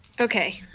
Okay